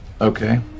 Okay